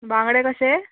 बांगडे कशे